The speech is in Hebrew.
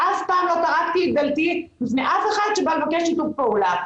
ואף פעם לא טרקתי את דלתי בפני אף אחד שבא לבקש שיתוף פעולה.